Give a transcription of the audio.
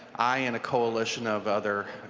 i and a coalition of other